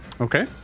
Okay